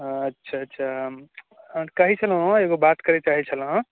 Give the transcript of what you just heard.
हँ अच्छा अच्छा कहै छलहुँ हँ एगो बात करै चाहैत छलहुँ हँ